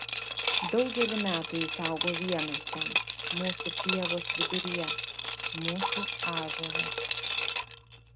daugelį metų jis augo vienas ten mūsų pievos viduryje mūsų ąžuolas